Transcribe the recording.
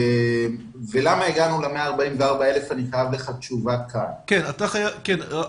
אני חייב לך תשובה למה הגענו ל-144,000.